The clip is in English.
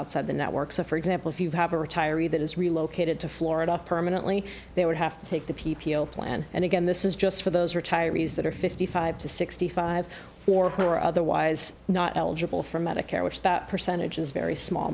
outside the network so for example if you have a retiree that is relocated to florida permanently they would have to take the p p o plan and again this is just for those retirees that are fifty five to sixty five or who are otherwise not eligible for medicare which that percentage is very small